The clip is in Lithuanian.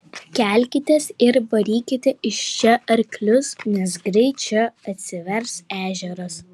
kelkitės ir varykite iš čia arklius nes greit čia atsivers ežeras